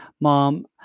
Mom